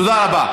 תודה רבה.